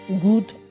good